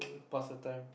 pass the time